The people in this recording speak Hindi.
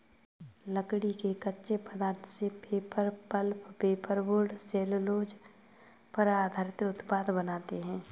लकड़ी के कच्चे पदार्थ से paper, pulp, paper board, cellulose पर आधारित उत्पाद बनाते हैं